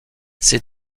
ces